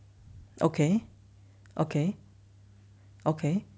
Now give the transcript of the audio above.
okay okay okay